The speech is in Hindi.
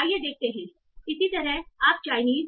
आइए देखते हैं इसी तरह आप चाइनीस